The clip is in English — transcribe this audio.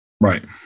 right